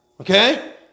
Okay